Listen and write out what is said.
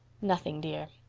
nothing, dear.